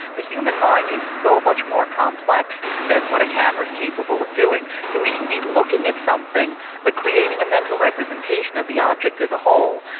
the human mind is so much more complex than what a camera is capable of doing. so we can be looking at something but creating a mental representation of the object as a whole,